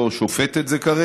לא שופט את זה כרגע,